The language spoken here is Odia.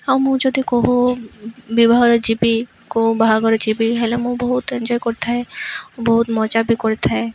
ଆଉ ମୁଁ ଯଦି କହୁ ବିବାହରେ ଯିବି କେଉଁ ବାହାଘର ଯିବି ହେଲେ ମୁଁ ବହୁତ ଏନ୍ଜୟ କରିଥାଏ ବହୁତ ମଜା ବି କରିଥାଏ